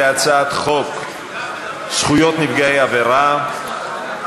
להצעת חוק זכויות נפגעי עבירה (תיקון,